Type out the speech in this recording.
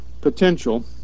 potential